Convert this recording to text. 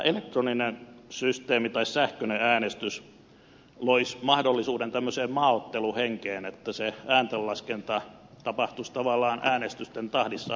nyt tämä elektroninen systeemi tai sähköinen äänestys loisi mahdollisuuden tämmöiseen maaotteluhenkeen että se ääntenlaskenta tapahtuisi tavallaan äänestysten tahdissa